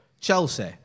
Chelsea